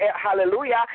hallelujah